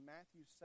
Matthew